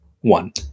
one